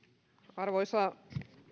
arvoisa